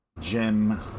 Jim